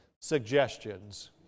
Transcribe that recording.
suggestions